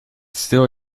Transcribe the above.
steal